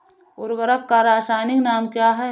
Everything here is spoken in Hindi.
उर्वरक का रासायनिक नाम क्या है?